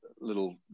little